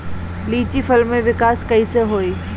लीची फल में विकास कइसे होई?